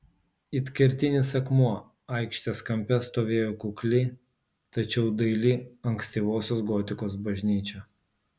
it kertinis akmuo aikštės kampe stovėjo kukli tačiau daili ankstyvosios gotikos bažnyčia